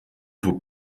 vos